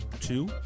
two